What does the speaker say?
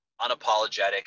unapologetic